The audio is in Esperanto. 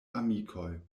amikoj